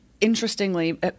interestingly